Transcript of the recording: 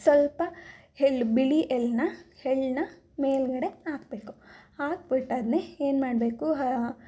ಸ್ವಲ್ಪ ಎಳ್ ಬಿಳಿ ಎಳ್ನ ಎಳ್ನ ಮೇಲುಗಡೆ ಹಾಕಬೇಕು ಹಾಕ್ಬಿಟ್ಟು ಅದನ್ನು ಏನ್ ಮಾಡಬೇಕು